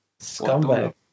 scumbag